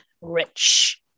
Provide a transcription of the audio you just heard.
rich